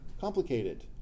complicated